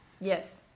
yes